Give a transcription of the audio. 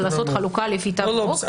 ולעשות חלוקה לפי תו ירוק,